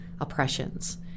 oppressions